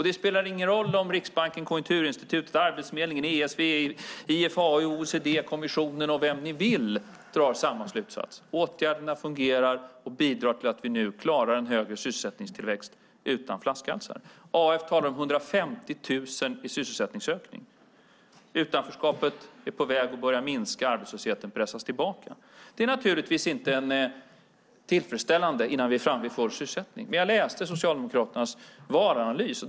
Det spelar ingen roll om Riksbanken, Konjunkturinstitutet, Arbetsförmedlingen, ESV, IFAU, OECD, kommissionen eller vem ni vill drar samma slutsats: Åtgärderna fungerar och bidrar till att vi nu klarar en högre sysselsättningstillväxt utan flaskhalsar. AF talar om 150 000 i sysselsättningsökning. Utanförskapet är på väg att börja minska och arbetslösheten pressas tillbaka. Det är naturligtvis inte tillfredsställande innan vi är framme i full sysselsättning. Men jag läste Socialdemokraternas valanalys.